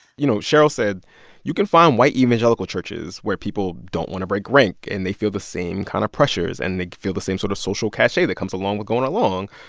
you know, chryl said you can find white evangelical churches where people don't want to break rank, and they feel the same kind of pressures. and they feel the same sort of social cachet that comes along with going along.